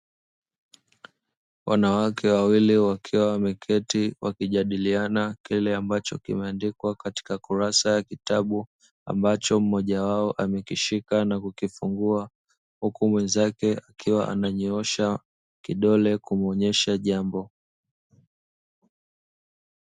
Wanawake wawili wakiwa wameketi wakijadiliana kile ambacho kimeandikwa katika kurasa ya kitabu, ambacho mmoja wao amekishika na kukifungua huku mwenzake akiwa ananyoosha kidole kumuonyesha jambo.